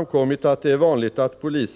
och nytänkande